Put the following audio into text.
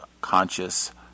conscious